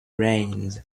reigns